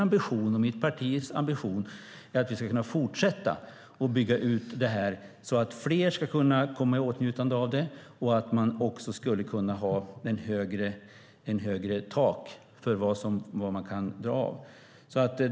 Min och mitt partis ambition är att vi ska kunna fortsätta att bygga ut det här, så att fler kan komma i åtnjutande av det och så att man också kan ha ett högre tak för vad som kan dras av.